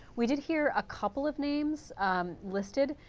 we did hear a couple of names listed.